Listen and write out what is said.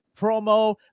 promo